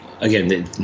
again